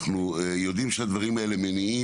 אנחנו יודעים שהדברים האלה מניעים